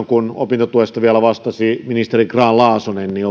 kun opintotuesta vielä vastasi ministeri grahn laasonen niin